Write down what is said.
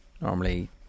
normally